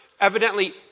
evidently